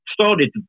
started